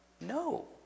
No